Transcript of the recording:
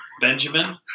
Benjamin